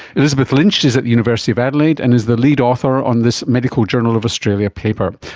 elizabeth lynch is at the university of adelaide and is the lead author on this medical journal of australia paper.